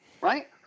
Right